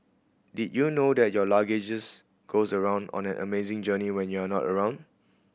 did you know that your luggages goes around on an amazing journey when you're not around